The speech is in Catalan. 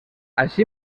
així